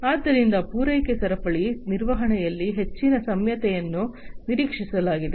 ಆದ್ದರಿಂದ ಪೂರೈಕೆ ಸರಪಳಿ ನಿರ್ವಹಣೆಯಲ್ಲಿ ಹೆಚ್ಚಿನ ನಮ್ಯತೆಯನ್ನು ನಿರೀಕ್ಷಿಸಲಾಗಿದೆ